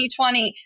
2020